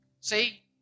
See